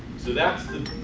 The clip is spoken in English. so that's the